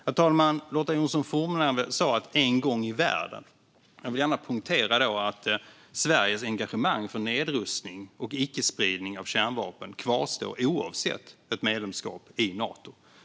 Herr talman! Lotta Johnsson Fornarve talade om "en gång i världen". Jag vill gärna poängtera att Sveriges engagemang för nedrustning och icke-spridning av kärnvapen kvarstår oavsett ett medlemskap i Nato.